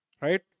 right